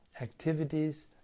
activities